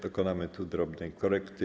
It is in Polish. Dokonamy tu drobnej korekty.